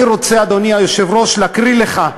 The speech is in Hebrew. אני רוצה, אדוני היושב-ראש, להקריא לך,